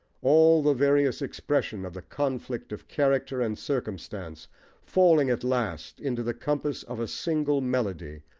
all the various expression of the conflict of character and circumstance falling at last into the compass of a single melody,